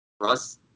Russ